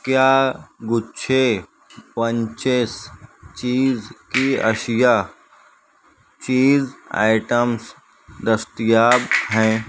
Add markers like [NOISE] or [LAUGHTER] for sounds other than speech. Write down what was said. کیا گچھے [UNINTELLIGIBLE] چیز کی اشیا چیز آئٹمس دستیاب ہیں